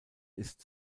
ist